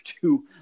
two